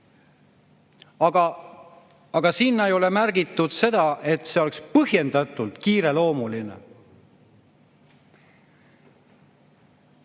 aga sinna ei ole märgitud, et see oleks põhjendatult kiireloomuline.